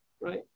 right